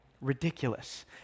Ridiculous